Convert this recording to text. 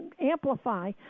amplify